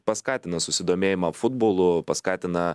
paskatina susidomėjimą futbolu paskatina